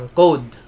code